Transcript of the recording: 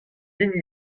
hini